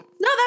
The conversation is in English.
No